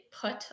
put